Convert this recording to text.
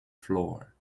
floor